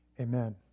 amen